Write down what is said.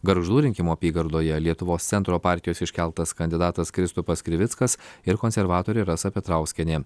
gargždų rinkimų apygardoje lietuvos centro partijos iškeltas kandidatas kristupas krivickas ir konservatorė rasa petrauskienė